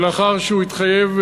ולאחר שהוא התחייב,